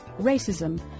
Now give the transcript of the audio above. racism